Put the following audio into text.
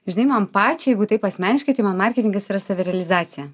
žinai man pačiai jeigu taip asmeniškai tai man marketingas yra savirealizacija